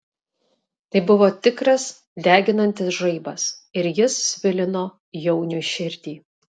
tai buvo tikras deginantis žaibas ir jis svilino jauniui širdį